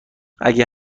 اگه